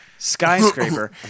Skyscraper